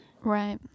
Right